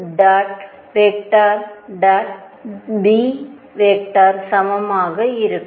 B சமமாக இருக்கும்